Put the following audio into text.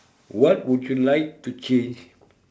what would you like to change